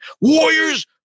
Warriors